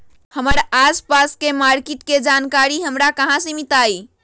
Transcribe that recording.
हमर आसपास के मार्किट के जानकारी हमरा कहाँ से मिताई?